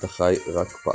אתה חי רק פעמיים.